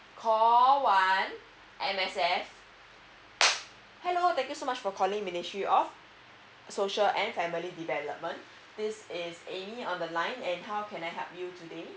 call one M_S_F hello thank you so much for calling ministry of social and family development this is ammy on the line and how can I help you today